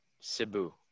Cebu